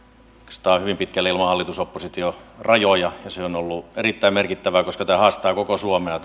oikeastaan hyvin pitkälle ilman hallitus oppositio rajoja se on ollut erittäin merkittävää koska tämä turvapaikkakysymys haastaa koko suomea